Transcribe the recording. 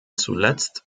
zuletzt